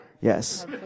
Yes